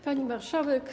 Pani Marszałek!